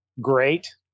great